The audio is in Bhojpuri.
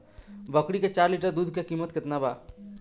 बकरी के चार लीटर दुध के किमत केतना बा?